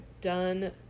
done